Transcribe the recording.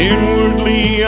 Inwardly